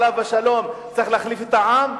עליו השלום, צריך להחליף את העם?